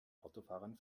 autofahrern